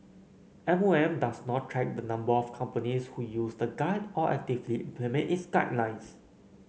M O M does not track the number of companies who use the guide or actively implement its guidelines